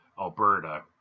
Alberta